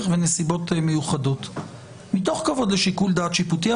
ונסיבות מיוחדות מתוך כבוד לשיקול דעת שיפוטי.